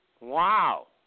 Wow